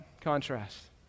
contrast